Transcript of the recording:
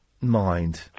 mind